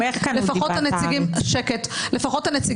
שקט את.